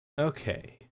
okay